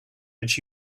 that